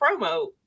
promo